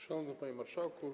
Szanowny Panie Marszałku!